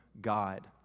God